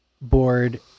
board